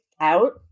out